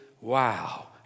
Wow